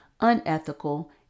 unethical